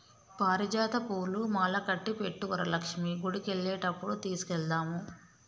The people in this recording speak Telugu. పారిజాత పూలు మాలకట్టి పెట్టు వరలక్ష్మి గుడికెళ్లేటప్పుడు తీసుకెళదాము